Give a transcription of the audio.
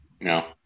no